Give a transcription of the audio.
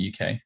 UK